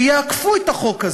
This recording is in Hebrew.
יעקפו את החוק.